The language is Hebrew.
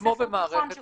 זה כמו במערכת החינוך.